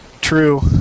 True